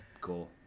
Cool